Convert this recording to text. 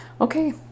okay